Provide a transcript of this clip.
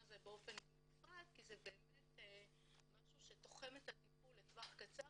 על זה בנפרד כי זה משהו שתוחם את הטיפול לטווח קצר